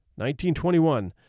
1921